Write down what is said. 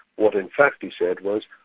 what in fact he said was,